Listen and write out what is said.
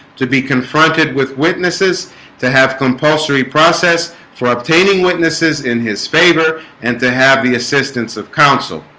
to be confronted with witnesses to have compulsory process for obtaining witnesses in his favor and to have the assistance of counsel